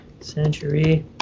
century